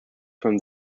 from